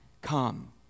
come